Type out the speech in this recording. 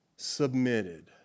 submitted